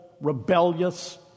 rebellious